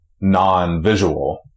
non-visual